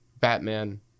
Batman